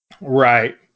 right